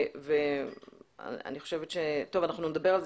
אנחנו נדבר על זה,